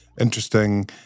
interesting